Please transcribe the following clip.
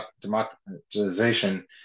democratization